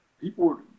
people